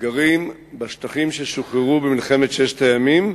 גרים בשטחים ששוחררו במלחמת ששת הימים,